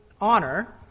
honor